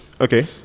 Okay